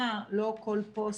מצב.